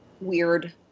weird